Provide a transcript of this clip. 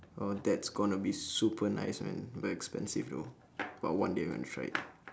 uh that's going to be super nice man but expensive though but one day I'm gonna to try it